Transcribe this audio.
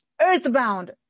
earthbound